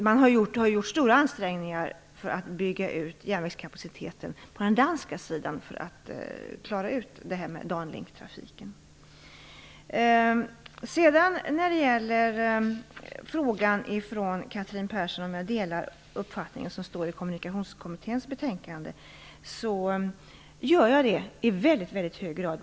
Man har gjort stora ansträngningar för att bygga ut järnvägskapaciteten på den danska sidan för att lösa detta med Danlinktrafiken. Catherine Persson frågade om jag delade den uppfattning som står i Kommunikationskommitténs betänkande. Det gör jag i väldigt hög grad.